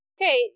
Okay